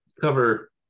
cover